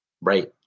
right